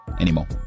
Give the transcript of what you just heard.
anymore